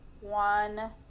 One